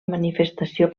manifestació